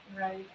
right